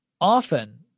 often